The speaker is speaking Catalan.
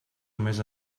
només